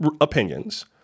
opinions